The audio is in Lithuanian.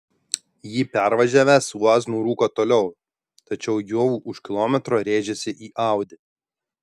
jį pervažiavęs uaz nurūko toliau tačiau jau už kilometro rėžėsi į audi